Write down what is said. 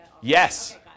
Yes